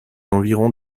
environs